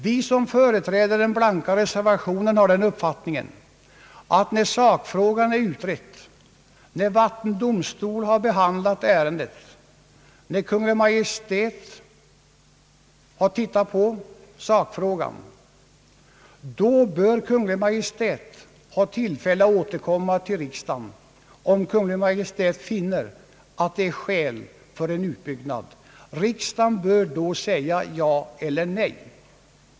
Vi som företräder den blanka reservationen har den uppfattningen, att när sakfrågan är utredd, när vattendomstolen behandlat ärendet, när Kungl. Maj:t har studerat sakfrågan, då bör Kungl. Maj:t ha tillfälle att återkomma till riksdagen om Kungl. Maj:t finner att det är skäl för en utbyggnad. Riksdagen bör då säga ja eller nej.